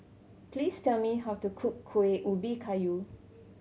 please tell me how to cook Kueh Ubi Kayu